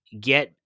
get